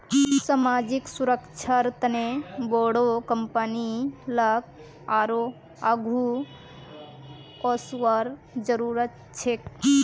सामाजिक सुरक्षार तने बोरो कंपनी लाक आरोह आघु वसवार जरूरत छेक